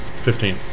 Fifteen